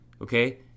okay